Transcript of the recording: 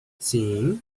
sim